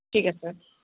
ঠিক আছে